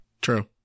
True